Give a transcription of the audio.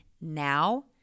now